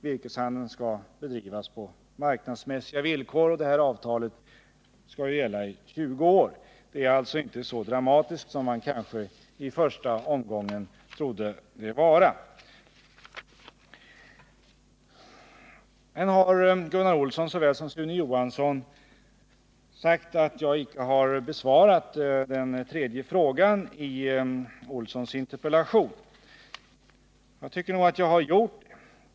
Virkeshandeln skall bedrivas på marknadsmässiga villkor, och avtalet skall gälla i 20 år. Detta är alltså inte så dramatiskt som några kanske i första omgången trodde att det var. Såväl Gunnar Olsson som Sune Johansson har sagt att jag icke har besvarat den tredje frågan i Gunnar Olssons interpellation, men jag tycker faktiskt att jag har gjort det.